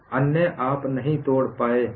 अन्य आप नहीं तोड़ पाए हैं